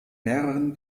mehreren